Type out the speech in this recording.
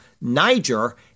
Niger